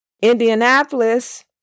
Indianapolis